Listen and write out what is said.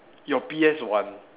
your P_S one